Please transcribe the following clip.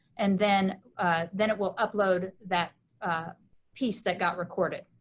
and then then it will upload that piece that got recorded.